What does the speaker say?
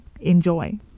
Enjoy